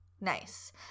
Nice